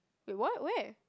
wait what where